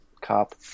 cop